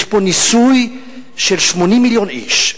יש פה ניסוי של 80 מיליון איש,